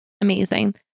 Amazing